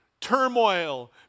turmoil